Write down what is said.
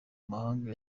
mahanga